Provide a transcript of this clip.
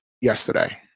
yesterday